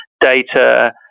data